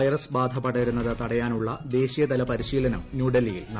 virus ബാധ പടരുന്നത് തടയാനുള്ള ദേശ്ലീയതല പരിശീലനം ന്യൂഡൽഹിയിൽ നടന്നു